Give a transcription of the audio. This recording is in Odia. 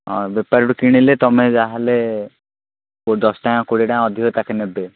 ହଁ ବେପାରୀଠୁ କିଣିଲେ ତୁମେ ଯା ହେଲେ କୋ ଦଶଟଙ୍କା କୋଡ଼ିଏ ଟଙ୍କା ଅଧିକା ତାଙ୍କେ ନେବେ